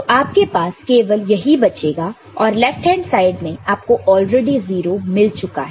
तो आपके पास केवल यही बचेगा और लेफ्ट हैंड साइड में आपको ऑलरेडी 0 मिल चुका है